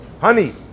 honey